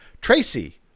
Tracy